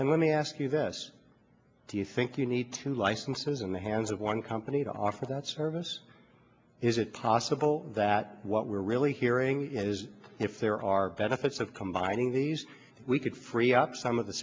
and let me ask you this do you think you need to licenses in the hands of one company to offer that service is it possible that what we're really hearing is if there are benefits of combining these we could free up some of the